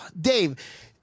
Dave